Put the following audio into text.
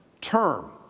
term